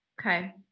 okay